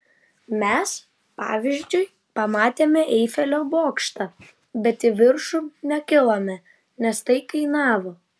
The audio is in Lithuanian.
mes pavyzdžiui pamatėme eifelio bokštą bet į viršų nekilome nes tai kainavo